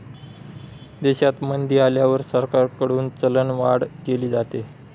देशात मंदी आल्यावर सरकारकडून चलनवाढ केली जाते